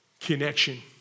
connection